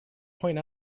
point